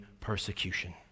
persecution